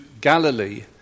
Galilee